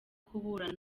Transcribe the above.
kuburana